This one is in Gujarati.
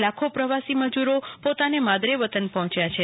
લાખો પ્રવાસી મજૂરો પોતાના માદરે વતન પહોંચ્યા છે